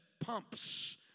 pumps